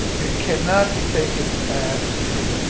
it cannot be taken as true.